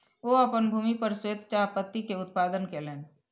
ओ अपन भूमि पर श्वेत चाह पत्ती के उत्पादन कयलैन